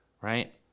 right